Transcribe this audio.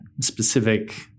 specific